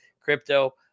crypto